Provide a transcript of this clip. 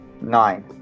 Nine